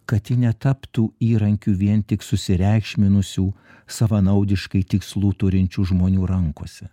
kad ji netaptų įrankiu vien tik susireikšminusių savanaudiškai tikslų turinčių žmonių rankose